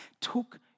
Took